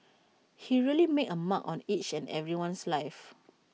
he really made A mark on each and everyone's life